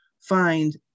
find